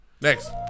Next